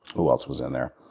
who else was in there?